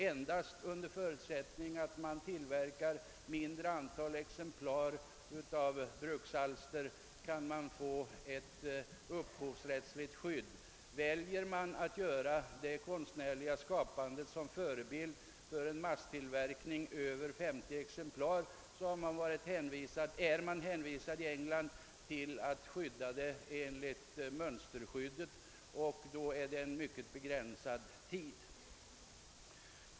Endast under förutsättning att ett mindre antal exemplar av bruksalster tillverkas kan dessa få ett upphovsrättsligt skydd. Väljer man att ta en konstnärlig produkt som förebild för en masstillverkning över 50 exemplar, är man i England hänvisad till det skydd som mönsterskyddet ger, och detta gäller under en mycket begränsad tid.